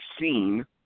seen